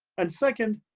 and second,